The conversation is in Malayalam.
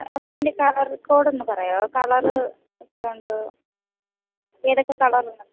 അപ്പം അതി കളർ കോഡൊന്ന് പറയാമോ കളറ് ഒക്കെയുണ്ട് ഏതൊക്കെ കളർ വേണം എന്ന്